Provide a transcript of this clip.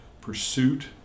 pursuit